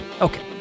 Okay